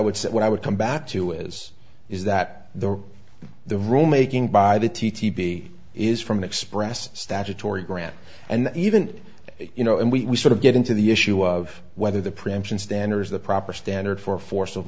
would say what i would come back to is is that the the rule making by the t t p is from an expressed statutory grant and even you know and we sort of get into the issue of whether the preemption standard is the proper standard for force of